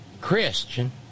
Christian